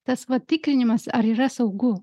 tas va tikrinimas ar yra saugu